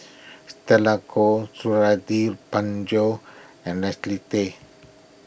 Stella Kon Suradi Parjo and Leslie Tay